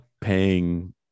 paying